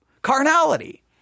Carnality